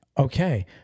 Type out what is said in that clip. Okay